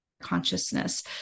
consciousness